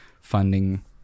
funding